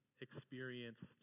experienced